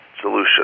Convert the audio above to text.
solution